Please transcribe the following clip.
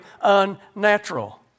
unnatural